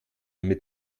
mit